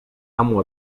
amo